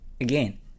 again